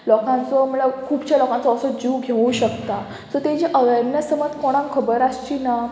लोकांचो म्हळ्यार खुबशे लोकांचो असो जीव घेवूं शकता सो ताजी अवेरनस समज कोणाक खबर आसची ना